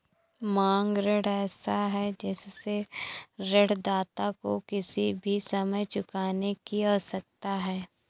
मांग ऋण ऐसा है जिससे ऋणदाता को किसी भी समय चुकाने की आवश्यकता है